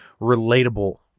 relatable